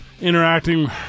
interacting